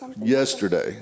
yesterday